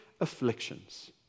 afflictions